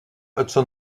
hudson